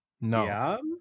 No